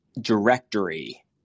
directory